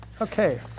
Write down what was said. Okay